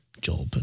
job